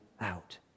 out